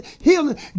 healing